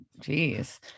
Jeez